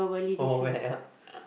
oh well